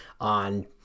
on